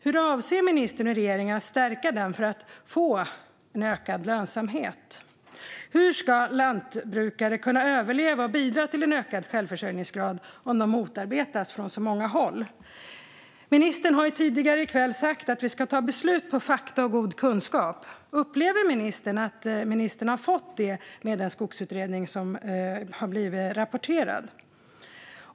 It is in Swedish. Hur avser ministern och regeringen att stärka den för att få ökad lönsamhet? Hur ska lantbrukare kunna överleva och bidra till en ökad självförsörjningsgrad om de motarbetas från så många håll? Ministern har tidigare i kväll sagt att vi ska ta beslut baserat på fakta och god kunskap. Upplever ministern att ministern har fått det med den skogsutredning som har lämnat sin rapport?